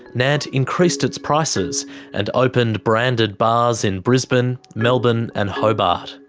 nant increased its prices and opened branded bars in brisbane, melbourne, and hobart.